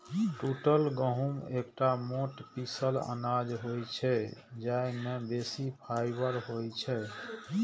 टूटल गहूम एकटा मोट पीसल अनाज होइ छै, जाहि मे बेसी फाइबर होइ छै